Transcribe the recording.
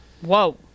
Whoa